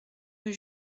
rue